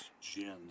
gin